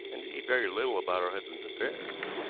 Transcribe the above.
indeed, very little about her husband's affairs.